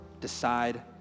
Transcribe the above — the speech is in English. Decide